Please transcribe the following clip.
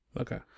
Okay